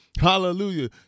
hallelujah